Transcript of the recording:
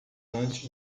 antes